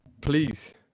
Please